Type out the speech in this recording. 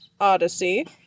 Odyssey